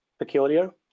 peculiar